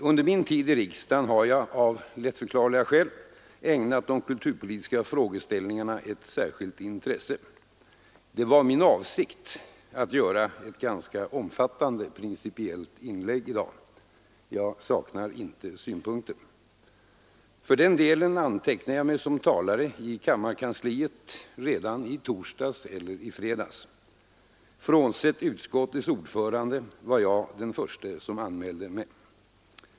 Under min tid i riksdagen har jag — av lättförklarliga skäl — ägnat de kulturpolitiska frågeställningarna ett särskilt intresse. Det var min avsikt att göra ett ganska omfattande principiellt inlägg i dag. Jag saknar inte synpunkter. Därför antecknade jag mig som talare i kammarkansliet redan i torsdags eller i fredags. Frånsett utskottets ordförande var jag den förste som anmälde sig.